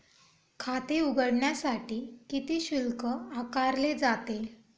खाते उघडण्यासाठी किती शुल्क आकारले जाते?